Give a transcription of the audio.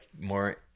more